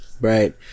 Right